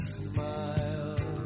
smile